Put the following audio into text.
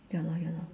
ya lor ya lor